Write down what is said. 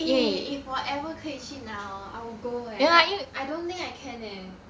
eh if 我 ever 可以去拿 hor I will go eh I don't think I can leh